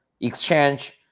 exchange